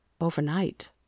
overnight